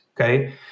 okay